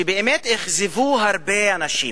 שאכזבו הרבה אנשים,